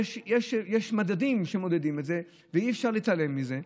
יש מדדים שמודדים את זה ואי-אפשר להתעלם מזה.